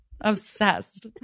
Obsessed